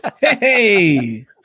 hey